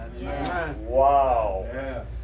wow